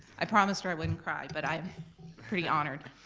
i promised her i wouldn't cry, but i'm pretty honored